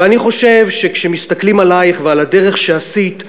אני חושב שכשמסתכלים עלייך ועל הדרך שעשית,